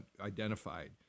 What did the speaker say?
identified